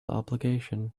obligation